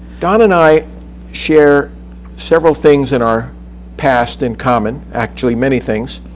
don and i share several things in our past in common. actually, many things.